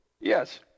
Yes